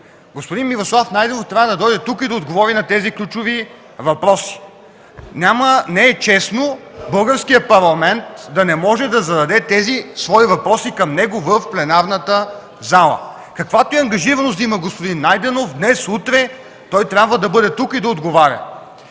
Господин Мирослав Найденов трябва да дойде тук и да отговори на тези ключови въпроси! Не е честно Българският парламент да не може да зададе тези свои въпроси към него в пленарната зала! Каквато и ангажираност да има господин Найденов, днес-утре трябва да бъде тук и да отговаря.